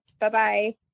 Bye-bye